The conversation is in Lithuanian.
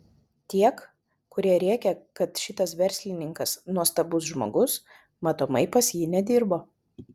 tiek kurie rėkia kad šitas verslininkas nuostabus žmogus matomai pas jį nedirbo